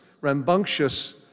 rambunctious